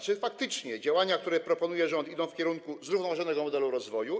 Czy faktycznie działania, które proponuje rząd, idą w kierunku zrównoważonego modelu rozwoju?